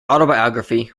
autobiography